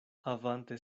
havante